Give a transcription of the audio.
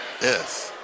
Yes